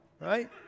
right